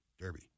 Derby